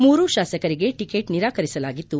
ಮೂರು ಶಾಸಕರಿಗೆ ಟಕೆಟ್ ನಿರಾಕರಿಸಲಾಗಿದ್ದು